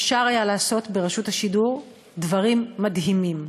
אפשר היה לעשות ברשות השידור דברים מדהימים,